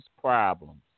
problems